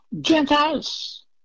Gentiles